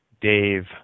Dave